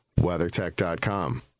weathertech.com